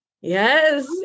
Yes